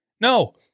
No